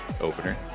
opener